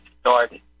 started